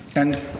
and,